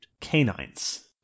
Canines